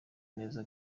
neza